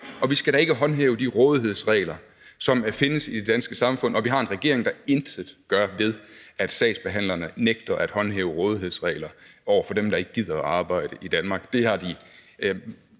og at vi da ikke skal håndhæve de rådighedsregler, som findes i det danske samfund. Og vi har en regering, der intet gør ved, at sagsbehandlerne nægter at håndhæve rådighedsreglerne over for dem, der ikke gider at arbejde i Danmark.